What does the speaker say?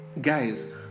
guys